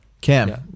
Cam